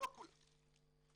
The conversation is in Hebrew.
לא כולם.